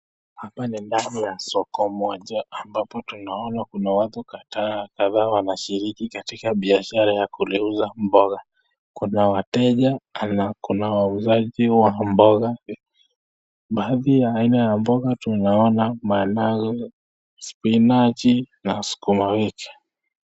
Hapa ni ndani ya soko moja ambapo tunaona kuna watu kadhaa kadhaa wanashiriki katika biashara ya kuuza mboga. Kuna wateja na kuna wauzaji wa mboga. Baadhi ya aina ya mboga tunaona mayai, spinach na sukumawiki.